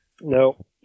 No